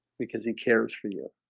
because he cares for you